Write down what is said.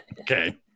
Okay